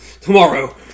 tomorrow